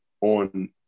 on